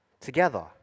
together